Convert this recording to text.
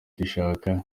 dushaka